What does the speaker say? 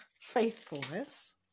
faithfulness